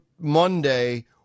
Monday